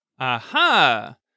Aha